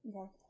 Okay